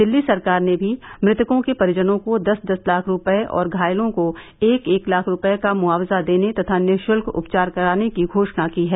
दिल्ली सरकार ने भी मृतकों के परिजनों को दस दस लाख रूपये और घायलों को एक एक लाख रुपये का मुआवजा देने तथा निश्ल्क उपचार कराने की घोषणा की है